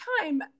time